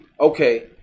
okay